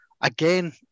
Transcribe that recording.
again